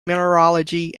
mineralogy